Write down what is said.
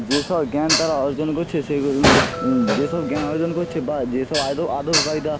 যেসব জ্ঞান তারা অর্জন করছে সেইগুলো যেসব জ্ঞান অর্জন করছে বা যেসব আয়দ আদব কায়দা